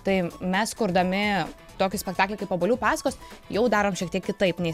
tai mes kurdami tokį spektaklį kaip obuolių pasakos jau darom šiek tiek kitaip nei